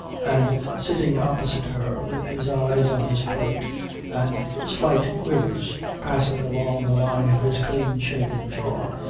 and sitting opposite her with his eyes on his plate and slight quivers passing along the line of his clean-shaven jaw,